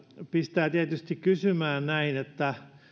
pistää tietysti kysymään näin että